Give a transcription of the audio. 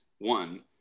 One